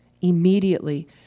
Immediately